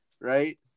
right